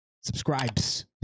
Subscribes